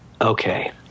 Okay